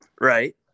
Right